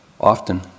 often